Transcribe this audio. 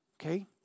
okay